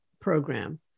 program